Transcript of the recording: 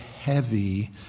heavy